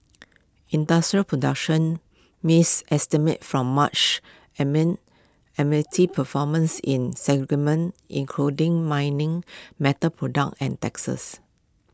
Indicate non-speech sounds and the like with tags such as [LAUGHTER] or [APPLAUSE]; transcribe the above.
industrial production missed estimates from March amid [UNINTELLIGIBLE] performance in segments including mining metal products and textiles